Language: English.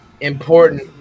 important